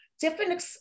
different